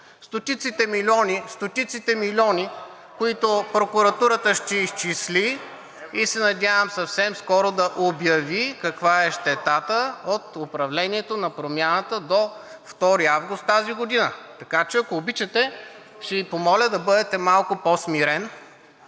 стотиците милиони, които прокуратурата ще изчисли и се надявам съвсем скоро да обяви каква е щетата от управлението на Промяната до 2 август тази година. Така че, ако обичате, ще Ви помоля да бъдете малко по-смирен,